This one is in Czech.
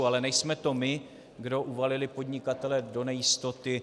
Ale nejsme to my, kdo uvalili podnikatele do nejistoty.